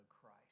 Christ